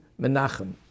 Menachem